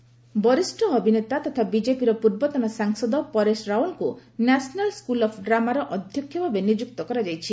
ପରେଶ ରାଓ଼ଲ ବରିଷ୍ଣ ଅଭିନେତା ତଥା ବିଜେପିର ପୂର୍ବତନ ସାଂସଦ ପରେଶ ରାଓ୍ବଲଙ୍କୁ ନ୍ୟାସନାଲ୍ ସ୍କୁଲ୍ ଅଫ୍ ଡ୍ରାମାର ଅଧ୍ୟକ୍ଷ ଭାବେ ନିଯୁକ୍ତ କରାଯାଇଛି